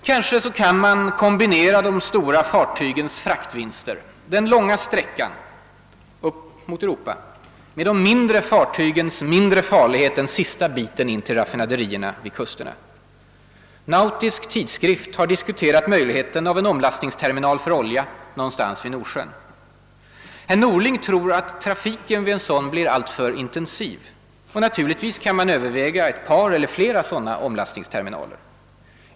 Man kan kanske kombinera de stora fartygens fraktvinster för den långa sträckan upp till Europa med de mindre fartygens mindre farlighet den sista biten in till raffinaderierna vid kusterna. Nautisk Tidskrift har diskuterat möjligheten av en omlastningsterminal för olja någonstans vid Nordsjön. Herr Norling tror att trafiken vid en sådan blir alltför intensiv, och naturligtvis kan man överväga ett par eller flera sådana omlastningsterminaler.